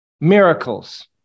miracles